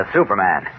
Superman